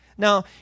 Now